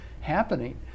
happening